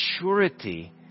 maturity